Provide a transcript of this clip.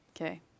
okay